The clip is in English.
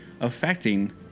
affecting